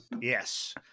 Yes